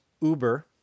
Uber